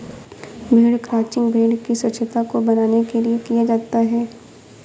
भेड़ क्रंचिंग भेड़ की स्वच्छता को बनाने के लिए किया जाता है